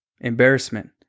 embarrassment